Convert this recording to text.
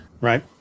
Right